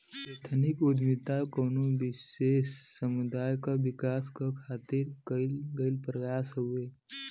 ethnic उद्दमिता कउनो विशेष समुदाय क विकास क खातिर कइल गइल प्रयास हउवे